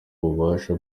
ububasha